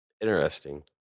Interesting